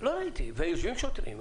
יושבים שוטרים,